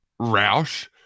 Roush